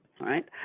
Right